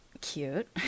Cute